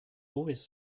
always